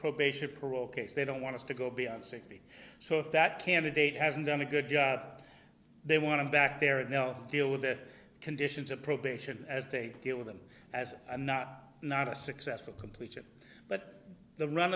probation parole case they don't want to go beyond sixty so that candidate hasn't done a good job they want to go back there and they'll deal with the conditions of probation as they deal with them as a not not a successful completion but the run